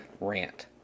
rant